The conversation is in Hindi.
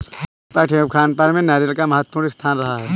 पूजा पाठ एवं खानपान में नारियल का महत्वपूर्ण स्थान रहा है